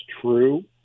true